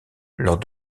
lors